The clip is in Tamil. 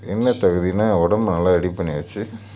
என்ன தகுதினா உடம்ப நல்லா ரெடி பண்ணி வெச்சு